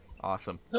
Awesome